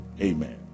amen